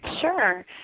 Sure